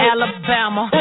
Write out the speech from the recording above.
Alabama